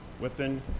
whipping